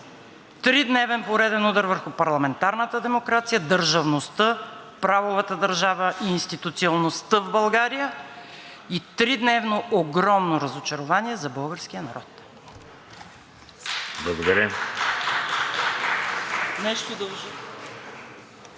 Тридневен пореден удар върху парламентарната демокрация, държавността, правовата държава и институционалността в България и тридневно огромно разочарование за българския народ.